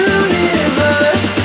universe